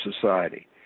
society